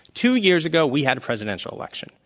two years ago we had a presidential election.